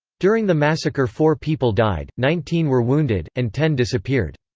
during the massacre four people died, nineteen were wounded, and ten disappeared.